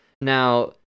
Now